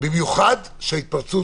ההתפרצות